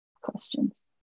questions